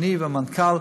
אני והמנכ"ל,